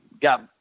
got